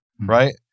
right